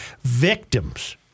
Victims